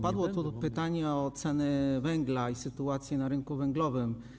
Padło tu pytanie o ceny węgla i sytuację na rynku węglowym.